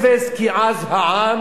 לפי ש"ס,